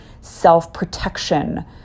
self-protection